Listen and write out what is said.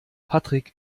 patrick